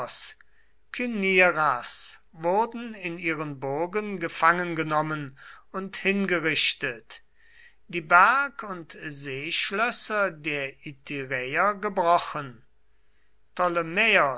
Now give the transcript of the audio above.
wurden in ihren burgen gefangengenommen und hingerichtet die berg und seeschlösser der ityräer gebrochen